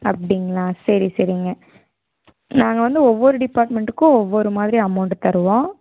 அப்படிங்களா சரி சரிங்க நாங்கள் வந்து ஒவ்வொரு டிப்பார்ட்மெண்ட்டுக்கும் ஒவ்வொரு மாதிரி அமௌண்ட்டு தருவோம்